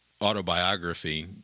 autobiography